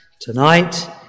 tonight